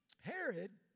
Herod